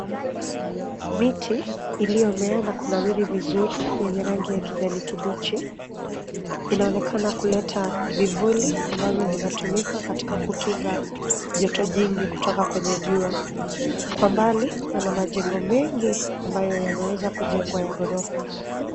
Miti iliyomea na kunawiri vizuri yenye rangi ya kijani kibichi. Inaonekana kuleta vivuli ambavyo vinatumika katika kukinga joto jingi kutoka kwenye jua. Kwa mbali pana majengo mengi ambayo yameweza kujengwa ya ghorofa.